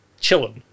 Chillin